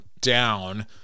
down